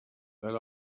that